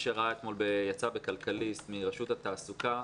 יצא בכלכליסט מרשות התעסוקה,